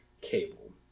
Cable